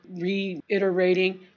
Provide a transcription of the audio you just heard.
reiterating